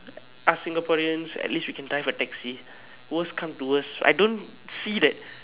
are Singaporeans at least we can drive a taxi worst come to worst I don't see that